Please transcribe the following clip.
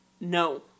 No